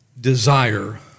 desire